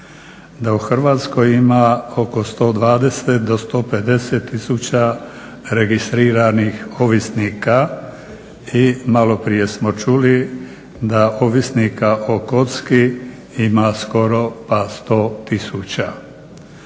da u Hrvatskoj ima oko 120 do 150 tisuća registriranih ovisnika. I maloprije smo čuli da ovisnika o kocki ima skoro pa 100